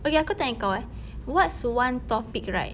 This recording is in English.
okay aku tanya kau eh what's one topic right